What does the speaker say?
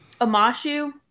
amashu